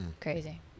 crazy